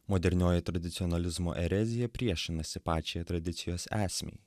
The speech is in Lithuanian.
modernioji tradicionalizmo erezija priešinasi pačiai tradicijos esmei